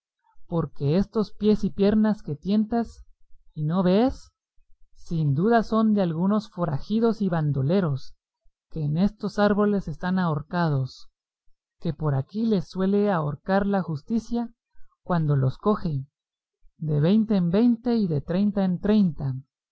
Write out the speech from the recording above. porque estos pies y piernas que tientas y no vees sin duda son de algunos forajidos y bandoleros que en estos árboles están ahorcados que por aquí los suele ahorcar la justicia cuando los coge de veinte en veinte y de treinta en treinta